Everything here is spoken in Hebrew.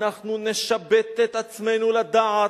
אנחנו נשבט את עצמנו לדעת,